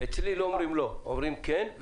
אצלי לא אומרים לא, אומרים כן.